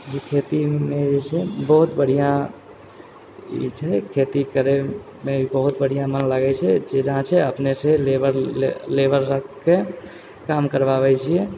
ई खेती नहि होइ छै बहुत बढ़िआँ ई छै खेती करैमे ई बहुत बढ़िआँ मन लगै छै जे जहाँ छै अपने लेबर लेबर राखिके काम करबाबै छियै